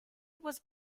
was